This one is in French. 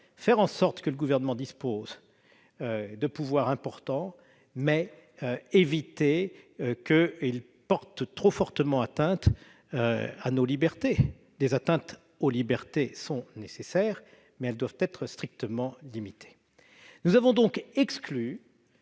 faire en sorte que le Gouvernement dispose de pouvoirs importants, mais éviter qu'il ne porte trop fortement atteinte à nos libertés. J'y insiste : des atteintes aux libertés sont nécessaires, mais elles doivent être strictement limitées. Nous avons donc exclu